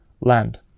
land